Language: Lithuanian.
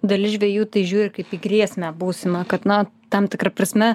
dalis žvejų tai žiūri kaip į grėsmę būsimą kad na tam tikra prasme